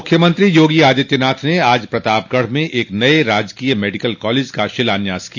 मुख्यमंत्री योगी आदित्यनाथ ने आज प्रतापगढ़ में एक नये राजकीय मेडिकल कॉलेज का शिलान्यास किया